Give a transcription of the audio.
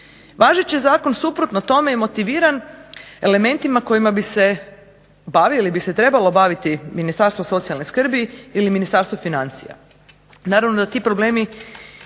Važeći zakon suprotno tome i motiviran elementima kojima bi se bavili ili bi se trebalo baviti Ministarstvo socijalne skrbi ili Ministarstvo financija.